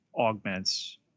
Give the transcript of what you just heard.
augments